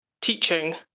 teaching